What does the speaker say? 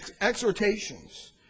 exhortations